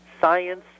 science